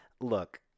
Look